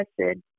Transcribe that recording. tested